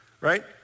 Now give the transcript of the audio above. right